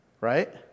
Right